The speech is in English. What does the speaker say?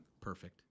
Perfect